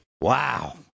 Wow